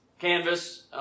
canvas